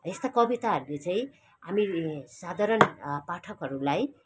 यस्ता कविताहरूले चाहिँ हामीले साधारण पाठकहरूलाई